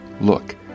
Look